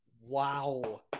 Wow